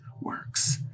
works